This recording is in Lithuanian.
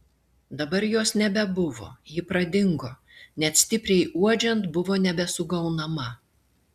dabar jos nebebuvo ji pradingo net stipriai uodžiant buvo nebesugaunama